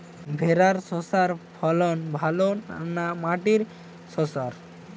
ভেরার শশার ফলন ভালো না মাটির শশার?